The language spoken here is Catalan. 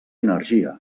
energia